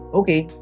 okay